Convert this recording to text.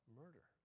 murder